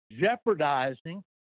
jeopardizing